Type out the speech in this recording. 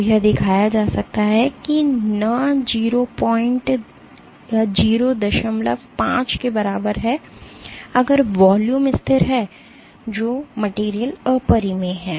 तो यह दिखाया जा सकता है कि न 05 के बराबर है अगर वॉल्यूम स्थिर है जो मटेरियल अपरिमेय है